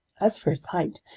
as for its height,